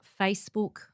Facebook